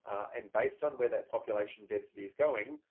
and based on where that population density is going,